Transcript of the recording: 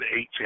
eight